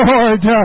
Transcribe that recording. Lord